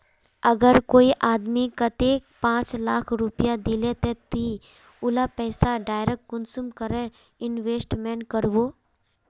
अगर कोई आदमी कतेक पाँच लाख रुपया दिले ते ती उला पैसा डायरक कुंसम करे इन्वेस्टमेंट करबो?